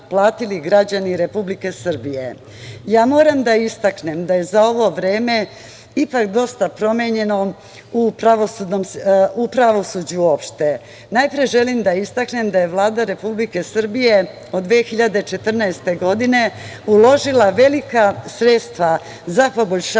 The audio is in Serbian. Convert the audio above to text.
Srbije. Moram da istaknem da je za ovo vreme ipak dosta promenjeno u pravosuđu u opšte. Najpre, želim da istaknem da je Vlada Republike Srbije od 2014. godine uložila velika sredstva za poboljšanje